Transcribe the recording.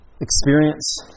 experience